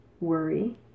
worry